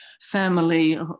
family